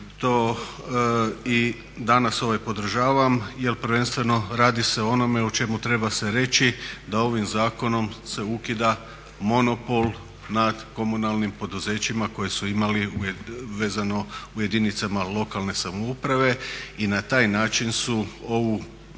to i danas podržavam jer prvenstveno radi se o onome o čemu treba se reći da ovim zakonom se ukida monopol nad komunalnim poduzećima koje su imali vezano u jedinicama lokalne samouprave i na taj način su ovu